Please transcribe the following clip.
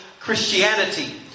Christianity